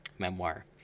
memoir